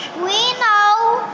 we know,